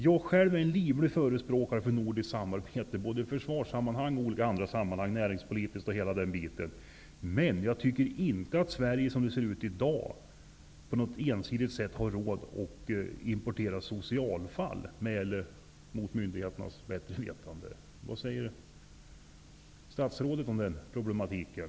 Jag själv är en livlig förespråkare för nordiskt samarbete, i försvarssammanhang, näringspolitiskt och i olika andra sammanhang, men jag tycker inte att Sverige som det ser ut i dag på något ensidigt sätt har råd att importera socialfall med eller mot myndigheternas bättre vetande. Vad säger statsrådet om den problematiken?